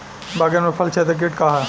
बैंगन में फल छेदक किट का ह?